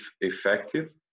effective